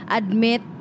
admit